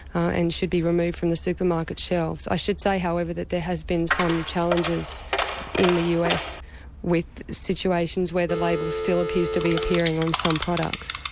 and should be removed from the supermarket shelves. i should say however, that there has been some challenges in the us with situations where the label still appears to be appearing on some products.